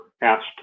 asked